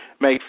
Make